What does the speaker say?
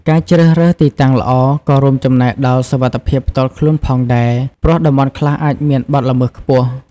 ការជ្រើសរើសទីតាំងល្អ ក៏រួមចំណែកដល់សុវត្ថិភាពផ្ទាល់ខ្លួនផងដែរ ព្រោះតំបន់ខ្លះអាចមានបទល្មើសខ្ពស់។